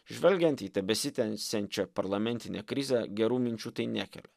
žvelgiant į tebesitęsiančią parlamentinę krizę gerų minčių tai nekelia